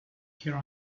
here